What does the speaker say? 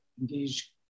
engage